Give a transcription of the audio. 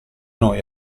noi